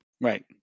right